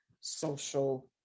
social